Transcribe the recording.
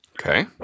Okay